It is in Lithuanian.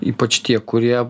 ypač tie kurie